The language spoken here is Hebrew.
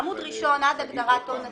עמוד ראשון עד הגדרת הון עצמי.